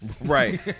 Right